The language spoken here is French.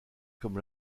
comme